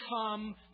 come